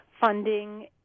funding